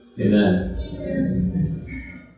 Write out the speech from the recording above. Amen